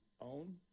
own